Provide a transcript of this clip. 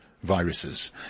viruses